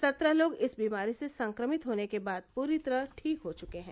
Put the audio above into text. सत्रह लोग इस बीमारी से संक्रमित होने के बाद पूरी तरह ठीक हो चुके हैं